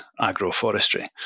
agroforestry